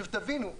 תבינו,